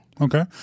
Okay